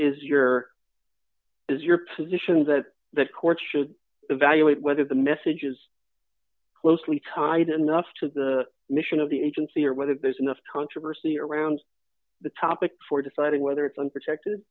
is your is your positions that the court should evaluate whether the message is closely tied them enough to the mission of the agency or whether there's enough controversy around the topic before deciding whether it's unprotected